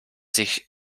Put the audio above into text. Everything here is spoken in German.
sich